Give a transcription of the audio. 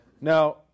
Now